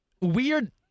weird